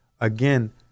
again